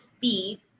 feed